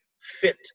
fit